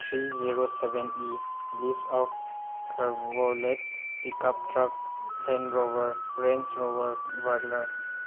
three zero seven ꯏ ꯂꯤꯁ ꯑꯣꯐ ꯀꯥꯔꯕꯣꯂꯦꯠ ꯄꯤꯛ ꯑꯞ ꯇ꯭ꯔꯛ ꯂꯦꯟ ꯂꯣꯕꯔ ꯔꯦꯟꯁ ꯔꯣꯕꯔ ꯕꯔꯂꯔ